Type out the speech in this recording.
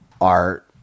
art